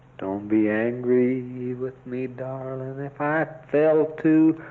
don't be angry with me darling if i fail to